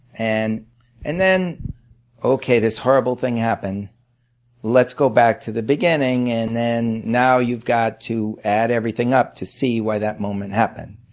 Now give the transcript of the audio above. and and then okay, this horrible thing happened let's go back to the beginning and now you've got to add everything up to see why that moment happened.